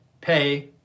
pay